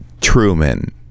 Truman